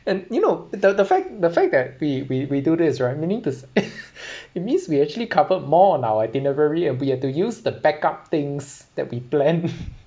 and you know the the fact the fact that we we we do this right meaning to say it means we actually covered more on our itinerary and we had to use the backup things that we planned